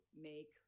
make